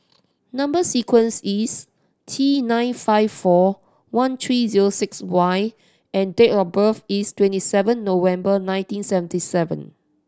number sequence is T nine five four one three zero six Y and date of birth is twenty seven November nineteen seventy seven